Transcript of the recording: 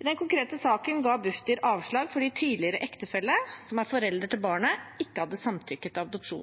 I den konkrete saken ga Bufdir avslag fordi tidligere ektefelle, som er forelder til